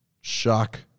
shock